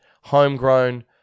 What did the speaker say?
homegrown